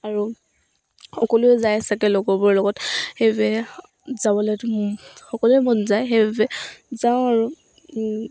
আৰু সকলোৱে যায় চাগে লগৰবোৰ লগত সেইবাবে যাবলৈতো সকলোৰে মন যায় সেইবাবে যাওঁ আৰু